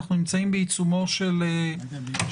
אנחנו נמצאים בעיצומו של הדיון,